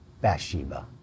Bathsheba